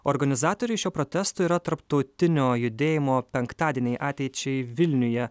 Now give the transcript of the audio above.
organizatoriai šio protesto yra tarptautinio judėjimo penktadieniai ateičiai vilniuje